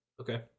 Okay